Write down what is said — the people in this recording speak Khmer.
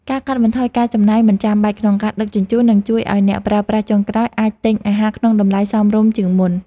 ការកាត់បន្ថយការចំណាយមិនចាំបាច់ក្នុងការដឹកជញ្ជូននឹងជួយឱ្យអ្នកប្រើប្រាស់ចុងក្រោយអាចទិញអាហារក្នុងតម្លៃសមរម្យជាងមុន។